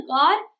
God